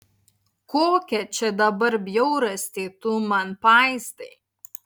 kokią čia dabar bjaurastį tu man paistai